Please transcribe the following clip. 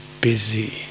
busy